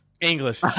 English